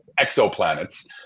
exoplanets